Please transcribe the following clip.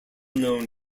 known